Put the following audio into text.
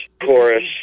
Chorus